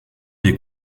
des